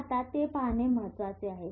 आता ते पाहणे महत्वाचे आहे